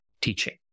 teaching